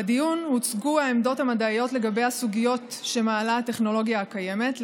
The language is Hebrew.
בדיון הוצגו העמדות המדעיות לגבי הסוגיות שמעלה הטכנולוגיה הקיימת,